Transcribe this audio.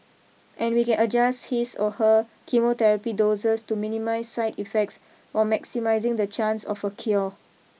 and we can adjust his or her chemotherapy doses to minimise side effects while maximising the chance of a cure